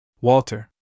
Walter